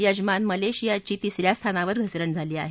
यजमान मलेशियाची तिस या स्थानावर घसरण झाली आहे